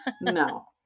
No